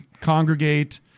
congregate